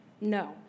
No